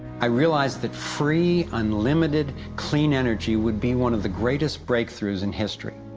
i realized that free, unlimited, clean energy would be one of the greatest breakthroughs in history.